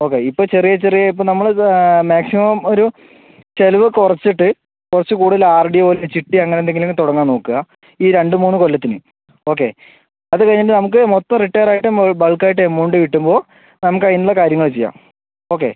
okay ഇപ്പം ചെറിയ ചെറിയ ഇപ്പം നമ്മളിത് മാക്സിമം ഒരു ചിലവ് കുറച്ചിട്ട് കുറച്ച് കൂടുതൽ ആർ ഡിയോ ചിട്ടിയോ അങ്ങനെ എന്തെങ്കിലും ഒന്ന് തുടങ്ങാൻ നോക്കുക ഈ രണ്ട് മൂന്ന് കൊല്ലത്തിന് ഓക്കേ അത് കഴിഞ്ഞിട്ട് നമുക്ക് മൊത്തം റിട്ടയർ ആയിട്ട് ബൾക്ക് ആയിട്ട് എമൗണ്ട് കിട്ടുമ്പോൾ നമുക്ക് ഇന്ന കാര്യങ്ങൾ ചെയ്യാം ഓക്കേ